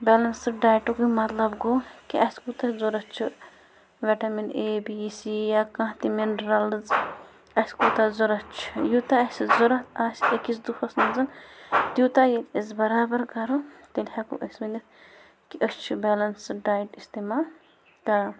balanced ڈایِٹُکُے مطلب گوٚو کہِ اَسہِ کوٗتاہ ضروٗرت چھُ وِٹیَمِن اے بی سی یا کانٛہہ تہِ مِنرَلٕز اَسہِ کوٗتاہ ضروٗرت چھُ یوٗتاہ اَسہِ ضروٗرت آسہِ أکِس دۄہَس منٛز تیوٗتاہ ییٚلہِ أسۍ بَرابَر کَرو تیٚلہِ ہیٚکو أسۍ ؤنِتھ کہِ أسۍ چھِ بیلَنسٕڈ ڈایِٹ استعمال کَران